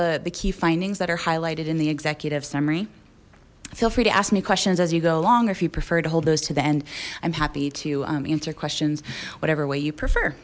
the the key findings that are highlighted in the executive summary feel free to ask me questions as you go along or if you prefer to hold those to the end i'm happy to answer questions whatever way you prefer